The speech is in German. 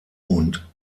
und